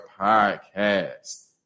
podcast